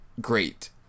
great